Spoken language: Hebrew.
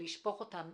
בנושא תחנות הניטור,